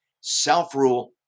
Self-rule